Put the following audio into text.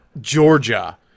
Georgia